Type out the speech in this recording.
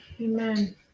Amen